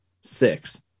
six